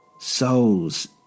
souls